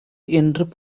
என்ற